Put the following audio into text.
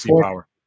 power